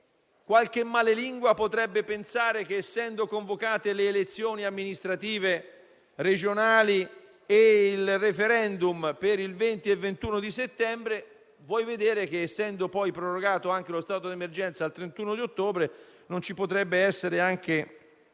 Qualche malalingua potrebbe ancora pensare che essendo convocate le elezioni amministrative regionali e il *referendum* per il 20 e 21 settembre, vuoi vedere che essendo poi prorogato anche lo stato di emergenza al 31 ottobre, non ci potrebbe essere anche